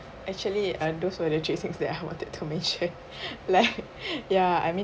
actually uh those were the chasing that I wanted to mention like ya I mean